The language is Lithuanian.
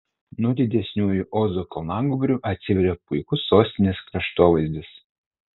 nuo didesniųjų ozo kalnagūbrių atsiveria puikus sostinės kraštovaizdis